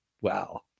wow